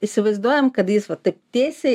įsivaizduojam kad jis va taip tiesiai